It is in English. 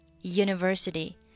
University